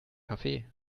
kaffee